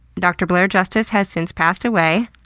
dr blair justice has since passed away.